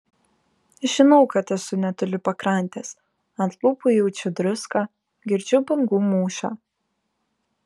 žinau kad esu netoli pakrantės ant lūpų jaučiu druską girdžiu bangų mūšą